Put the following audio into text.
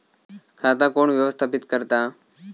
खाता कोण व्यवस्थापित करता?